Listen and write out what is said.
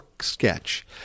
sketch